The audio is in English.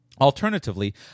Alternatively